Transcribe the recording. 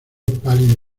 pálida